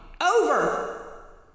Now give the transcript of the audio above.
Over